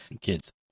Kids